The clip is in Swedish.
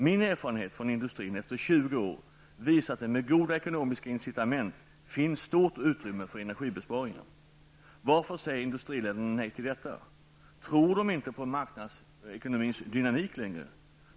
Min erfarenhet från industrin efter 20 år visar att det med goda ekonomiska incitament finns stort utrymme för energibesparingar. Varför säger industriledarna nej till detta? Tror de inte längre på marknadsekonomins dynamik?